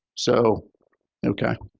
so ok.